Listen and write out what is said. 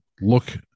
look